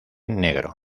negro